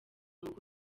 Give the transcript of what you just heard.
mukuru